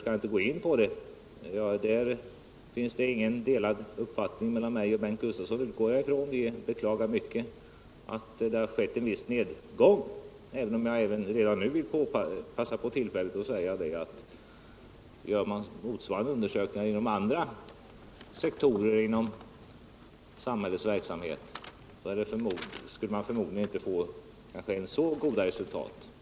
Jag utgår från att det inte finns några delade meningar mellan mig och Bengt Gustavsson på den punkten. Vi beklagar mycket att det har inträffat en viss nedgång i detta avseende, även om jag redan nu vill begagna tillfället att säga att man, om man gör motsvarande undersökningar inom andra sektorer av samhällets verksamhet, förmodligen inte skulle få ens så goda resultat.